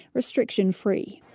restriction free.